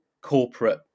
corporate